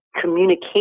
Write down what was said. communication